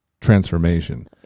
transformation